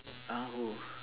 uh who